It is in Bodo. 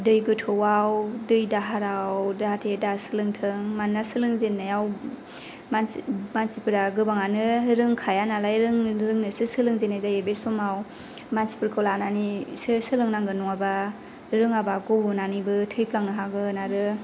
दै गोथौआव दै दाहाराव जाहाथे दा सोलोंथों मानोना सोलोंजेननायाव मानसि मानसिफ्रा गोबाङानो रोंखाया नालाय रोंनोसो सोलोंजेननाय जायो बे समाव मानसिफोरखौ लानानैसो सोलोंनांगोन नङाब्ला रोङाबा गब'नानैबो थैफ्लांनो हागोन आरो